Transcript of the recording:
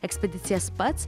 ekspedicijas pats